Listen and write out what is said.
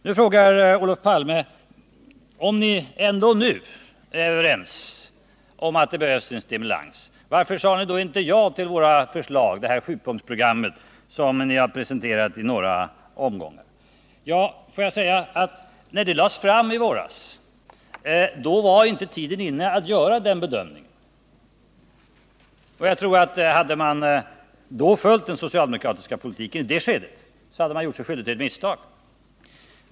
Nu frågar Olof Palme: Om ni nu ändå är överens om att det behövs en stimulans, varför sade ni då inte ja till vårt sjupunktsprogram, som vi har presenterat i några omgångar? När det programmet lades fram i våras, var tiden inte inne att göra den bedömningen. Hade man följt den socialdemokratiska politiken i det skedet, hade man gjort sig skyldig till ett misstag.